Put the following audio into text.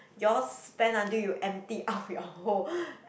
you all spend until you empty out your hole